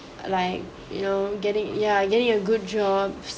like you know getting yeah getting a good job